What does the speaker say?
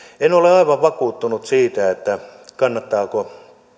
en ole aivan vakuuttunut siitä kannattaako